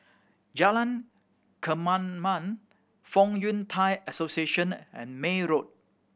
Jalan Kemaman Fong Yun Thai Association and May Road